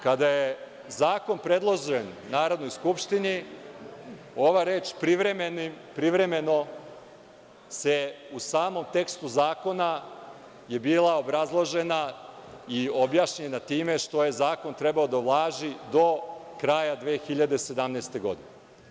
Kada je zakon predložen Narodnoj skupštini, ova reč privremeno u samom tekstu zakona je bila obrazložena i objašnjena time što je zakon trebao da važi do kraja 2017. godine.